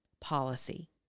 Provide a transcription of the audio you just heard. policy